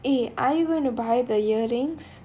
eh are you going to buy the earrings